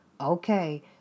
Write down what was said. okay